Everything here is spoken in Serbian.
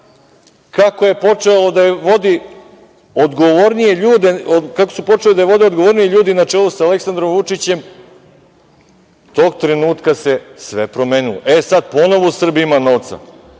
kako su počeli da je vode odgovorniji ljudi, na čelu sa Aleksandrom Vučićem, tog trenutka se sve promenilo. E, sad, ponovo u Srbiji ima novca.